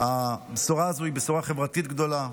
הבשורה הזו היא בשורה חברתית גדולה,